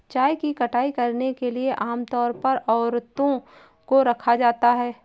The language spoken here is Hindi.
चाय की कटाई करने के लिए आम तौर पर औरतों को रखा जाता है